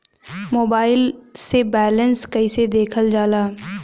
Mobile से balance कइसे देखल जाला?